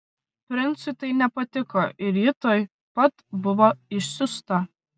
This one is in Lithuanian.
princui tai nepatiko ir ji tuoj pat buvo išsiųsta